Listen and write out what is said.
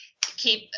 keep